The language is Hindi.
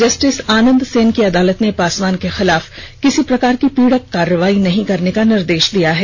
जस्टिस आनंद सेन की अदालत ने पासवान के खिलाफ किसी प्रकार की पीड़क कार्रवाई नहीं करने का निर्देश दिया है